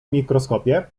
mikroskopie